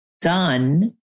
done